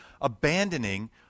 abandoning